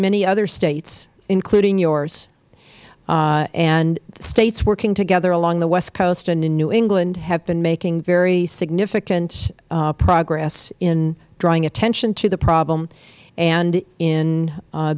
many other states including yours states working together along the west coast and in new england have been making very significant progress in drawing attention to the problem and